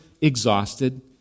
exhausted